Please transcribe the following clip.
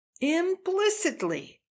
implicitly